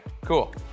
cool